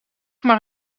maar